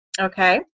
Okay